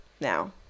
now